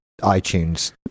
iTunes